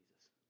Jesus